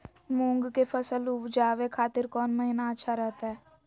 मूंग के फसल उवजावे खातिर कौन महीना अच्छा रहतय?